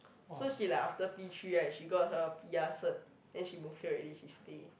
so she like after P-three right she got her p_r cert then she move here already she stay